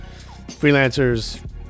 Freelancers